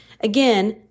Again